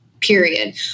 period